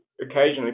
occasionally